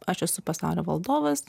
aš esu pasaulio valdovas